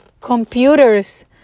computers